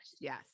yes